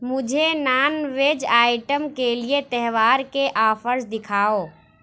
مجھے non veg item کے لیے تہوار کے آفرز دکھاؤ